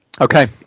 Okay